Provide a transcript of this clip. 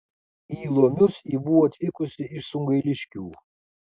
į lomius ji buvo atvykusi iš sungailiškių